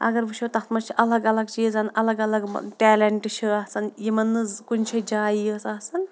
اگر وٕچھو تَتھ منٛز چھِ الگ الگ چیٖزَن الگ الگ ٹیلٮ۪نٛٹ چھِ آسان یِمَن نٕز کُنہِ جایہِ جایی ٲس آسان